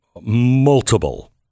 multiple